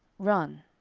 run.